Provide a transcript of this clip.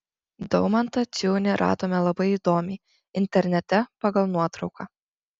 daumantą ciunį radome labai įdomiai internete pagal nuotrauką